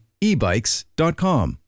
ebikes.com